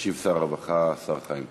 ישיב שר הרווחה, השר חיים כץ.